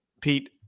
Pete